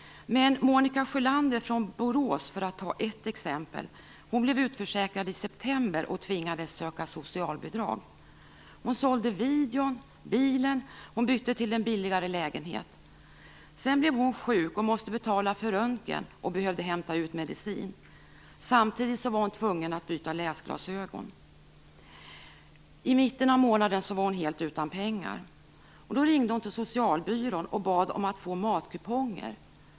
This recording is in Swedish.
Men Monica Sjölander från Borås, för att ta ett exempel, blev utförsäkrad i september och tvingades söka socialbidrag. Hon sålde videon och bilen. Hon bytte till en billigare lägenhet. Sedan blev hon sjuk och måste betala för röntgen. Hon behövde också hämta ut medicin. Samtidigt var hon tvungen att byta läsglasögon. I mitten av månaden var hon helt utan pengar. Då ringde hon till socialbyrån och bad att få matkuponger.